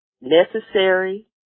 necessary